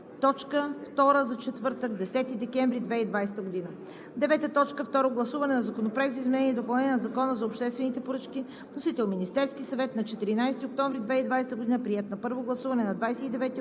четвъртък, 10 декември 2020 г. 9. Второ гласуване на Законопроекта за изменение и допълнение на Закона за обществените поръчки. Вносител – Министерският съвет на 14 октомври 2020 г. Приет на първо гласуване на 29